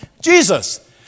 Jesus